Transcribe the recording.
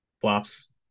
Flops